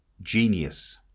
Genius